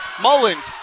Mullins